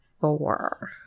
four